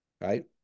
Right